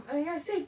uh ya same